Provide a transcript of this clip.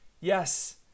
Yes